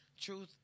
Truth